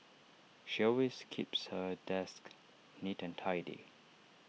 she always keeps her desk neat and tidy